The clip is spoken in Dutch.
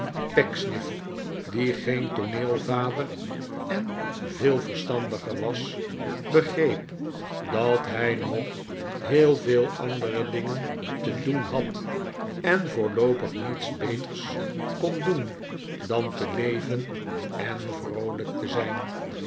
pecksniff die geen tooneelvader en veel verstandiger was begreep dat hij nog heel veel andere dingen te doen had en voorloopig niets beters kon doen dan te leven en vroolijk te zijn